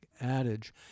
adage